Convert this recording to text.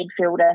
midfielder